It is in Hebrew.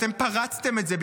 אתם פרצתם את זה,